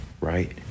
right